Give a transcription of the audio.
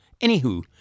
anywho